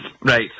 Right